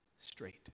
straight